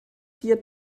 vier